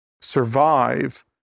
survive